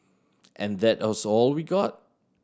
and that also all we got